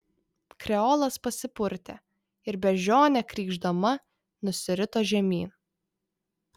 kreolas pasipurtė ir beždžionė krykšdama nusirito žemyn